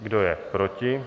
Kdo je proti?